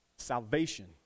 Salvation